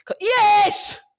Yes